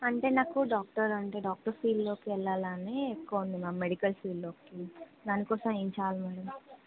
అంటే నాకు డాక్టర్ అంటే డాక్టర్ ఫీల్డ్లోకి వెళ్ళాలని ఎక్కువ ఉంది మ్యామ్ మెడికల్ ఫీల్డ్ లోకి దాని కోసం ఏం చేయాలి మ్యాడమ్